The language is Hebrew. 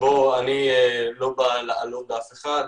אני לא בא לעלוב באף אחד,